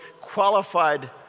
qualified